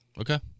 Okay